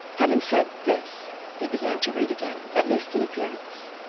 having said this he began to read again, at least in appearance.